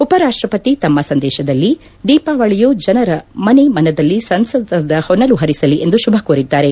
ಉಪರಾಷ್ಟ ಪತಿ ತಮ್ಮ ಸಂದೇಶದಲ್ಲಿ ದೀಪಾವಳಿಯು ಜನರ ಮನೆ ಮನದಲ್ಲಿ ಸಂತಸದ ಹೊನಲು ಹರಿಸಲಿ ಎಂದು ಶುಭಕೋರಿದ್ದಾರೆ